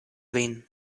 vin